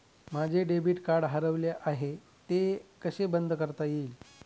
माझे debit card हरवले आहे ते कसे बंद करता येईल?